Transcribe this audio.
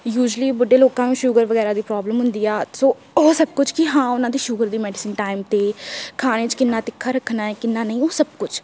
usually ਬੁੱਢੇ ਲੋਕਾਂ ਨੂੰ ਸ਼ੂਗਰ ਵਗੈਰਾ ਦੀ ਪ੍ਰੋਬਲਮ ਹੁੰਦੀ ਆ ਸੋ ਉਹ ਸਭ ਕੁਝ ਕਿ ਹਾਂ ਉਹਨਾਂ ਦੀ ਸ਼ੂਗਰ ਦੀ ਮੈਡੀਸਨ ਟਾਈਮ 'ਤੇ ਖਾਣੇ 'ਚ ਕਿੰਨਾ ਤਿੱਖਾ ਰੱਖਣਾ ਹੈ ਕਿੰਨਾ ਨਹੀਂ ਉਹ ਸਭ ਕੁਛ